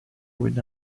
with